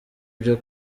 byo